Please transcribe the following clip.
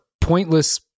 pointless